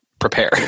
prepare